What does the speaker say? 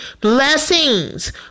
blessings